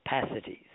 capacities